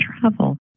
travel